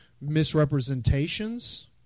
misrepresentations